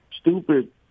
stupid